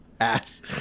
Ass